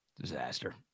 Disaster